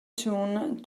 tune